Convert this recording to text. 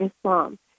Islam